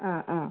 അ അ